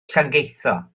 llangeitho